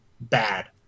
bad